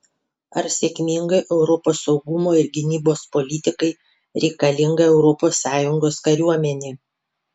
ar sėkmingai europos saugumo ir gynybos politikai reikalinga europos sąjungos kariuomenė